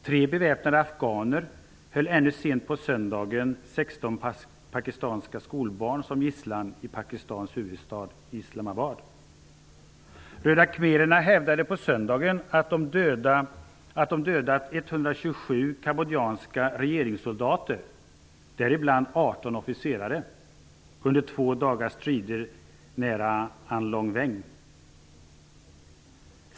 ''Tre beväpnade afghaner höll ännu sent på söndagen 16 pakistanska skolbarn som gisslan i ''Röda khmererna hävdade på söndagen att de dödat 127 kambodjanska regeringssoldater, däribland 18 officerare, under två dagars strider nära Anlong Veng.''